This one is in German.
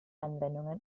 anwendungen